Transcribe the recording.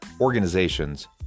organizations